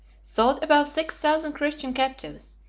sold above six thousand christian captives,